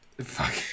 Fuck